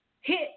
hit